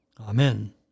Amen